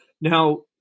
Now